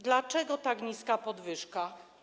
Dlaczego tak niska podwyżka?